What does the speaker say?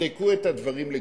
תבדקו את הדברים לגופם.